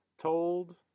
told